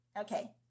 Okay